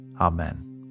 Amen